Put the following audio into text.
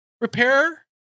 repair